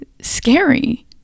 scary